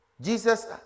jesus